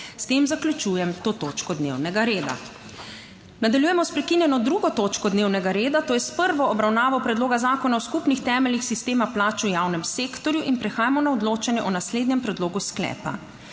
S tem zaključujem to točko dnevnega reda. Nadaljujemo sprekinjeno 2. točko dnevnega reda, to je s prvo obravnavo Predloga zakona o skupnih temeljih sistema plač v javnem sektorju. In prehajamo na odločanje o naslednjem predlogu sklepa: